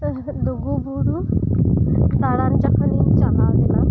ᱦᱮ ᱞᱩᱜᱩ ᱵᱩᱨᱩ ᱫᱟᱬᱟᱱ ᱡᱚᱠᱷᱚᱱᱤᱧ ᱪᱟᱞᱟᱣ ᱞᱮᱱᱟ